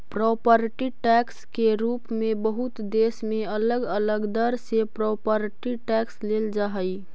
property tax के रूप में बहुते देश में अलग अलग दर से प्रॉपर्टी टैक्स लेल जा हई